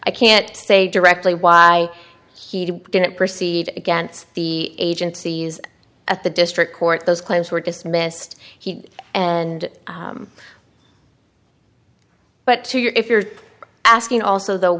i can't say directly why he didn't proceed against the agency used at the district court those claims were dismissed he and but to your if you're asking also th